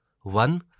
One